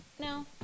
No